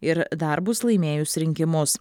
ir darbus laimėjus rinkimus